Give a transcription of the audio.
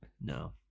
No